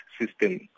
system